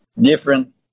different